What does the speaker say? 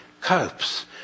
copes